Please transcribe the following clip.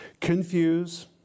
confuse